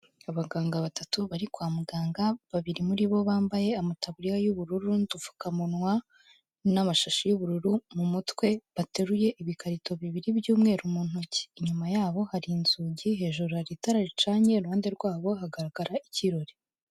Abaganga batatu bari kwa muganga babiri muri bo bambaye amataburiya y'ubururu n'udupfukamunwa n'amasha y'ubururu mu mutwe, bateruye ibikarito bibiri by'umweru mu ntoki inyuma yabo hari inzugi, hejuru hari itara ricanye iruhande rwabo hagaragara ikirori.